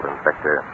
Inspector